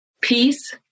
peace